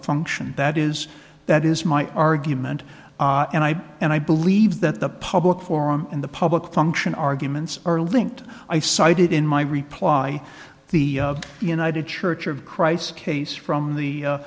function that is that is my argument and i and i believe that the public forum and the public function arguments are linked i cited in my reply the united church of christ case from the